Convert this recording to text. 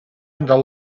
into